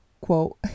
quote